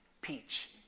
peach